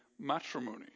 Matrimony